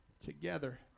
together